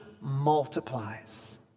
multiplies